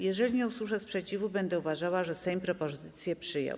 Jeżeli nie usłyszę sprzeciwu, będę uważała, że Sejm propozycję przyjął.